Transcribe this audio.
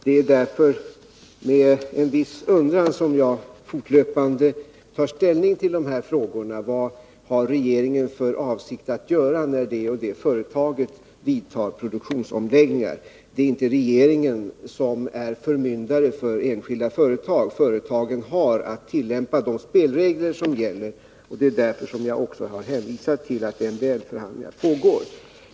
Det är därför med en viss undran som jag fortlöpande tar ställning till frågor om vad regeringen har för avsikt att göra när det och det företaget vidtar produktionsomläggningar. Regeringen är inte förmyndare för enskilda företag. Företagen har att tillämpa de spelregler som gäller, och det är därför som jag har hänvisat till att MBL-förhandlingar pågår.